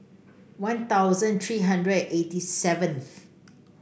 One Thousand three hundred eighty seventh